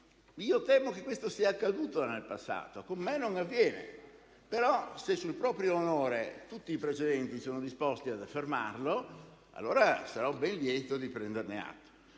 Io temo che questo sia accaduto nel passato; con me non avviene. Se sul proprio onore tutti i presenti sono disposti ad affermarlo, allora sarò ben lieto di prenderne atto.